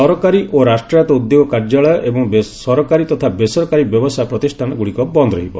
ସରକାରୀ ଓ ରାଷ୍ଟ୍ରାୟତ ଉଦ୍ୟୋଗ କାର୍ଯ୍ୟାଳୟ ଏବଂ ସରକାରୀ ତଥା ବେସରକାରୀ ବ୍ୟବସାୟ ପ୍ରତିଷ୍ଠାନ ଗୁଡ଼ିକ ବନ୍ଦ ରହିବ